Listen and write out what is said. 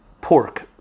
Pork